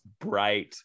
bright